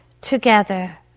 together